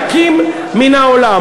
מנותקים מן העולם.